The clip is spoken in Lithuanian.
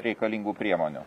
reikalingų priemonių